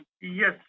Yes